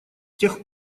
тех